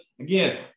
again